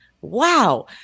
wow